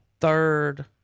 third